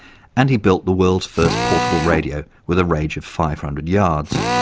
and he built the world's first portable radio with a range of five hundred yards.